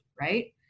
Right